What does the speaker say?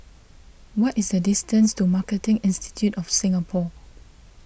what is the distance to Marketing Institute of Singapore